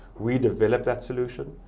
we develop that solution.